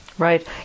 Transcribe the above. Right